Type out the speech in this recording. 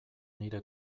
nire